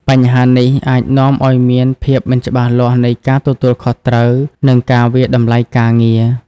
បញ្ហានេះអាចនាំឱ្យមានភាពមិនច្បាស់លាស់នៃការទទួលខុសត្រូវ និងការវាយតម្លៃការងារ។